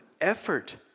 effort